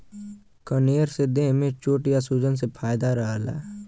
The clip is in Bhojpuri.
कनेर से देह में चोट या सूजन से फायदा रहला